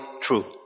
true